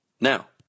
Now